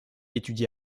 étudie